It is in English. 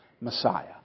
Messiah